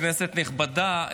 כנסת נכבדה,